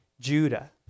Judah